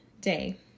day